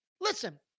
listen